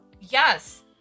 Yes